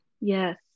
Yes